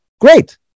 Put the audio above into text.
great